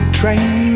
train